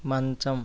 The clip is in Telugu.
మంచం